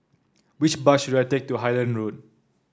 which bus should I take to Highland Road